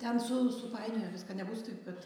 ten su supainioja viską nebus taip kad